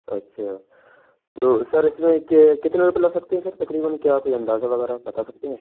اچھا تو سر اس میں کتنے روپے لگتے ہیں سر تقریباً کیا کوئی اندازہ وغیرہ بتا سکتے ہیں